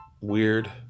weird